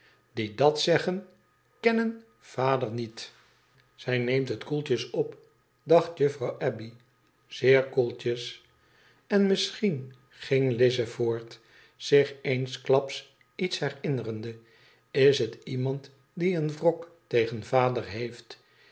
die d zeggen kennen vader niet zij neemt het koeltjes op dacht juffrouw abbey t zeer koeltjes n misschien ging lize voort zich eenklaps iets herinnerende i het iemand die een wrok tegen vader heeft